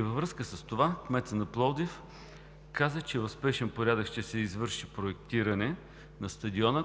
Във връзка с това кметът на Пловдив каза, че в спешен порядък ще се извърши препроектиране на стадиона,